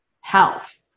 health